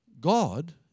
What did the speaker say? God